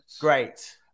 Great